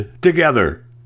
together